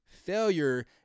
Failure